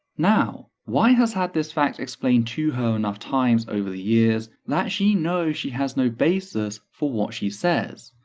now, white has had this fact explained to her enough times over the years that she knows she has no basis for what she says,